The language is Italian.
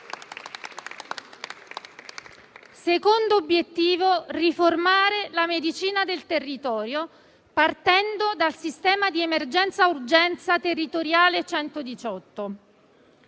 Secondo obiettivo: riformare la medicina del territorio partendo dal sistema di emergenza-urgenza territoriale 118.